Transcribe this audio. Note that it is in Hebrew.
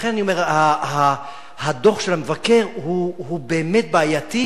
לכן אני אומר, הדוח של המבקר הוא באמת בעייתי,